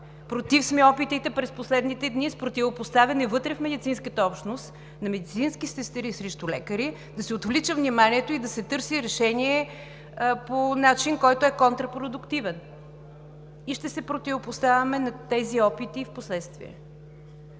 Против сме опитите в последните дни с противопоставяне вътре в медицинската общност на медицински сестри срещу лекари да се отвлича вниманието и да се търси решение по начин, който е контрапродуктивен. И ще се противопоставяме на тези опити и впоследствие.